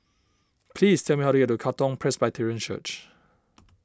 please tell me how to get to Katong Presbyterian Church